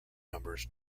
numbers